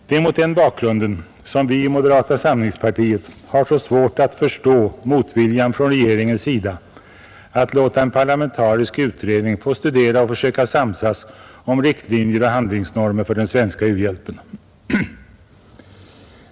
Det är mot den bakgrunden som vi i moderata samlingspartiet har så svårt att förstå motviljan från regeringens sida att låta en parlamentarisk utredning få studera och försöka samsas om riktlinjer och handlingsnormer för den svenska u-hjälpen.